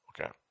Okay